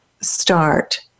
start